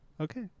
Okay